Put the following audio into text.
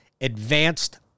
advanced